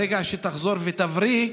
ברגע שתחזור ותבריא,